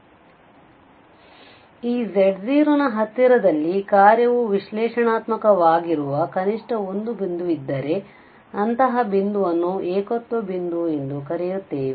ಆದ್ದರಿಂದ ಈ z0 ನ ಹತ್ತಿರದಲ್ಲಿ ಕಾರ್ಯವು ವಿಶ್ಲೇಷಣಾತ್ಮಕವಾಗಿರುವ ಕನಿಷ್ಠ ಒಂದು ಬಿಂದುವಿದ್ದರೆ ಅಂತಹ ಬಿಂದುವನ್ನು ಏಕತ್ವ ಬಿಂದು ಎಂದು ಕರೆಯುತ್ತೇವೆ